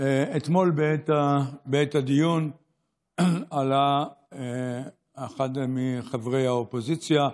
אתמול בעת הדיון עלה אחד מחברי האופוזיציה,